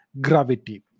gravity